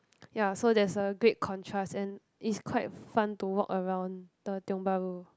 ya so there's a great contrast and is quite fun to walk around the Tiong-Bahru